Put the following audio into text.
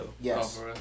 yes